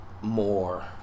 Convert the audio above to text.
more